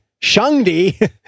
Shangdi